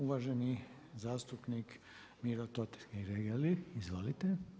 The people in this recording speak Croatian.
Uvaženi zastupnik Miro Totgergeli, izvolite.